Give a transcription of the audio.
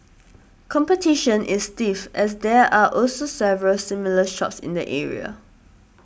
competition is stiff as there are also several similar shops in the area